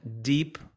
deep